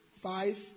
five